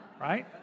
right